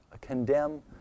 condemn